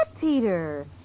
Peter